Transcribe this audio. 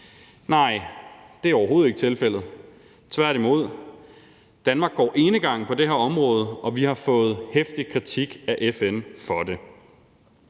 Nej, det er overhovedet ikke tilfældet – tværtimod. Danmark går enegang på det her område, og vi har fået heftig kritik af FN for det.